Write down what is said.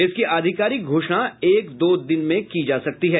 इसकी आधिकारिक घोषणा एक दो दिन में की जा सकती है